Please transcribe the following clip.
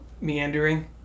meandering